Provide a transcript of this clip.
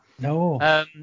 No